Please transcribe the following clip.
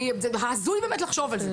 הזוי לחשוב על זה.